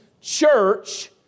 Church